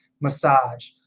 massage